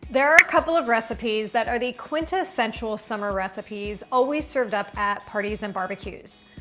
there are a couple of recipes that are the quintessential summer recipes, always served up at parties and barbecues.